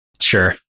Sure